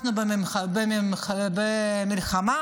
אנחנו במלחמה,